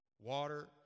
water